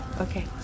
Okay